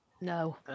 No